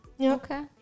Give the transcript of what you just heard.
Okay